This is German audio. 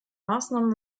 maßnahmen